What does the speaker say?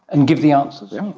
and give the answers. yeah